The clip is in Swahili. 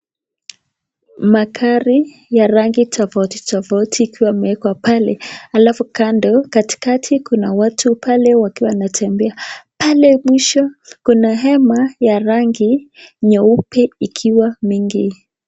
Magari ya rangi tofauti tofauti ikiwa imewekwa pale alafu kando katikati kuna watu pale wakiwa wanatembea. Pale mwisho kuna hema ya rangi nyeupe ikiwa mingi.